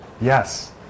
Yes